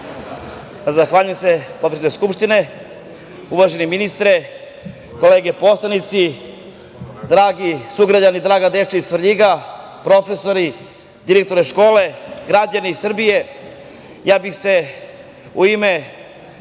Zahvaljujem se, potpredsedniče Skupštine. Uvaženi ministre, kolege poslanici, dragi sugrađani, draga deco iz Svrljiga, profesori, direktore škole, građani Srbije,